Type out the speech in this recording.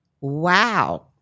Wow